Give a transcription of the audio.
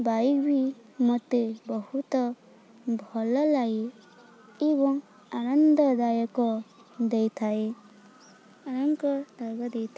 bike ବି ମୋତେ ବହୁତ ଭଲ ଲାଗେ ଏବଂ ଆନନ୍ଦଦାୟକ ଦେଇଥାଏ ଆନଙ୍କ ଦାୟକ ଦେଇଥାଏ